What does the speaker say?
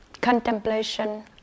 contemplation